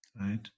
right